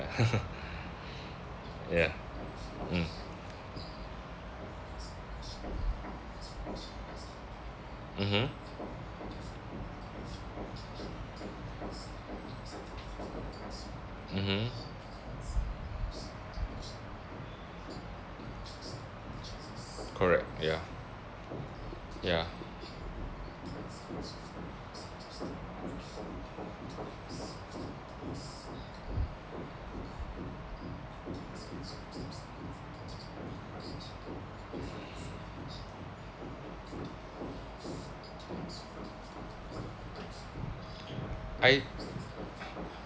ya mm mmhmm mmhmm correct ya ya I